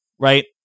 Right